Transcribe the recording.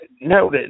no